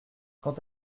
quant